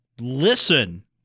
listen